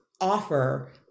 offer